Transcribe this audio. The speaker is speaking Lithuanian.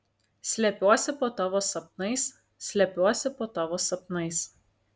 slepiuosi po tavo sapnais slepiuosi po tavo sapnais